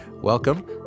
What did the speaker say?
welcome